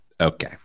Okay